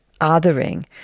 othering